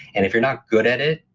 and if you're not good at it,